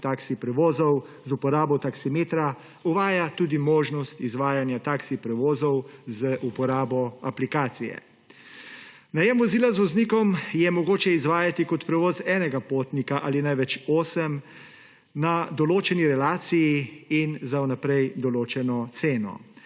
taksi prevozov z uporabo taksimetra uvaja tudi možnost izvajanja taksi prevozov z uporabo aplikacije. Najem vozila z voznikom je mogoče izvajati kot prevoz enega potnika ali največ osem na določeni relaciji in za vnaprej določeno ceno.